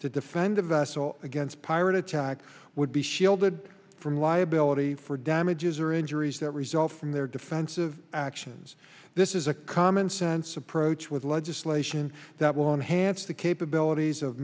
to defend a vessel against pirate attack would be shielded from liability for damages or injuries that result from their defensive actions this is a comments it's approach with legislation that will enhance the capabilities of